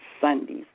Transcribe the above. Sundays